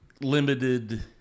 limited